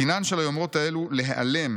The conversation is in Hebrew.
"דינן של היומרות האלו להיעלם,